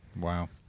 Wow